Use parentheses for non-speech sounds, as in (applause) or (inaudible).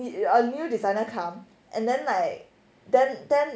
(noise) a new designer come and then like then then